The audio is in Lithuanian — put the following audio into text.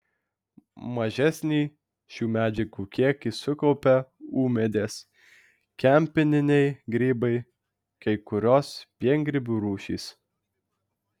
mažesnį šių medžiagų kiekį sukaupia ūmėdės kempininiai grybai kai kurios piengrybių rūšys